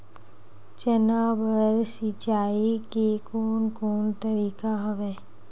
चना बर सिंचाई के कोन कोन तरीका हवय?